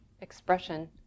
expression